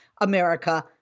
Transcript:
America